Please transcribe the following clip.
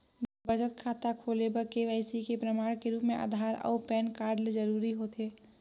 बचत खाता खोले बर के.वाइ.सी के प्रमाण के रूप म आधार अऊ पैन कार्ड ल जरूरी होथे